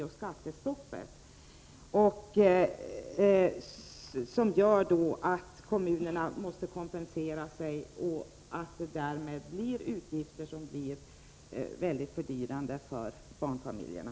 Det är det som gör att kommunerna måste kompensera sig och som leder till utgifter som blir fördyrande för barnfamiljerna.